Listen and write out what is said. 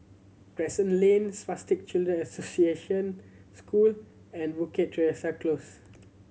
Crescent Lane Spastic Children Association School and Bukit Teresa Close